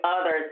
others